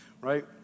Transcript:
Right